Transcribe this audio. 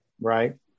Right